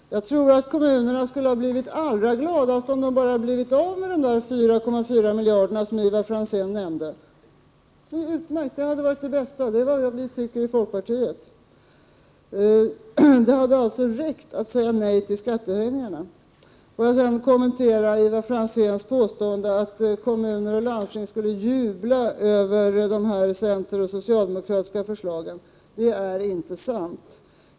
Herr talman! Jag tror att man ute i kommunerna skulle ha varit allra gladast om man slapp de 4,4 miljarder som Ivar Franzén nämnde. Det hade varit utmärkt. Det håller vi i folkpartiet med om. Det hade alltså räckt att säga nej till skattehöjningarna. Ivar Franzén påstår att kommuner och landsting skulle jubla över centerns och socialdemokraternas förslag. Men det är inte sant.